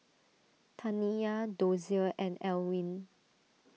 Taniya Dozier and Elwyn